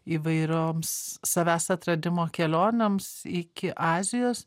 įvairioms savęs atradimo kelionėms iki azijos